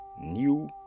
new